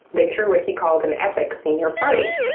they threw what he called an epic senior party.